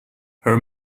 her